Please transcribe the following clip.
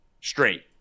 Straight